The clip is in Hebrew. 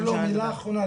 מילה אחרונה.